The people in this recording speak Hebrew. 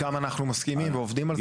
גם אנחנו מסכימים ועובדים על זה.